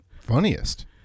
Funniest